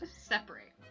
Separate